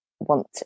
want